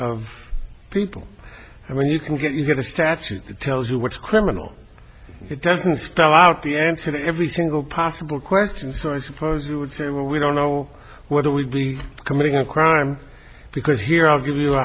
of people when you can get a statute that tells you what's criminal it doesn't spell out the answer to every single possible question so i suppose you would say well we don't know whether we'd be committing a crime because here i'll give you a